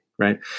right